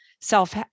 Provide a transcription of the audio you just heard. self